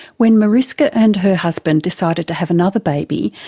when mariska and her husband decided to have another baby,